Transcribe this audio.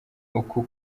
uku